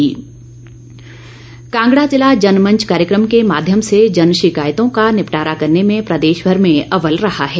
अव्वल जिला कांगड़ा जिला जनमंच कार्यक्रम के माध्यम से जन शिकायतों का निपटारा करने में प्रदेशभर में अव्वल रहा है